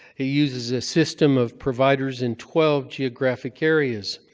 it uses a system of providers in twelve geographic areas.